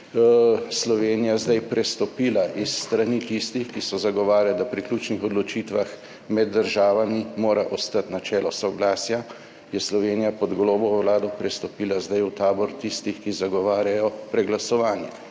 Slovenija zdaj prestopila s strani tistih, ki so zagovarjali, da pri ključnih odločitvah med državami mora ostati načelo soglasja, je Slovenija pod Golobovo vlado prestopila zdaj v tabor tistih, ki zagovarjajo preglasovanje.